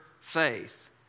faith